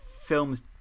films